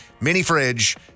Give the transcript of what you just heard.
mini-fridge